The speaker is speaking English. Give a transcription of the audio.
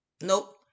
Nope